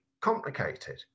complicated